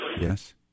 Yes